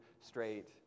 straight